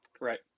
Right